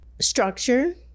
Structure